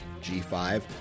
g5